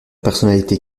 personnalités